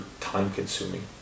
time-consuming